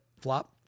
flop